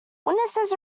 witnesses